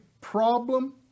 problem